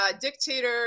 dictator